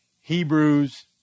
Hebrews